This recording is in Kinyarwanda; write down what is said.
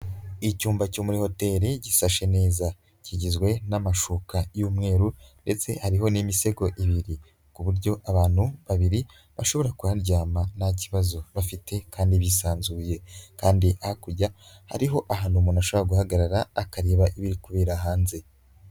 Icyumba cyo muri hoteli gisashe neza kigizwe n'amashuka y'umweru ndetse hariho n'imisego ibiri ku buryo abantu babiri bashobora kuharyama nta kibazo bafite kandi bisanzuye, kandi hakurya hariho ahantu umuntu ashobora guhagarara akareba ibiri kubera hanze.